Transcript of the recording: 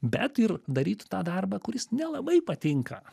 bet ir daryt tą darbą kuris nelabai patinka